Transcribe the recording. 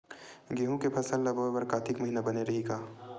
गेहूं के फसल ल बोय बर कातिक महिना बने रहि का?